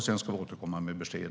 Sedan ska vi återkomma med besked.